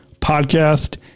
podcast